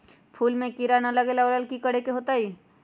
फूल में किरा ना लगे ओ लेल कि करे के होतई?